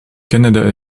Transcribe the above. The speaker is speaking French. canada